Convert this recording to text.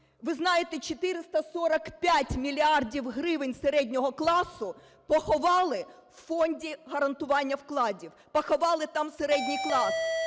ви знаєте, 445 мільярдів гривень середнього класу похвали у Фонді гарантування вкладів, поховали там середній клас.